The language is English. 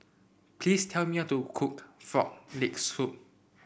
please tell me how to cook Frog Leg Soup